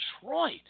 Detroit